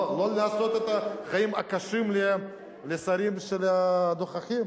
לא לעשות את החיים הקשים לשרים הנוכחים.